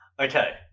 Okay